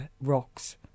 rocks